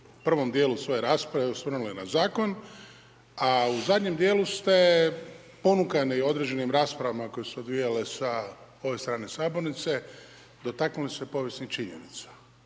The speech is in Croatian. prvom dijelu svoje rasprave osvrnuli na zakon, a u zadnjem dijelu ste ponukani određenim raspravama koje su se odvijale sa ove strane sabornice dotaknuli se povijesnih činjenica.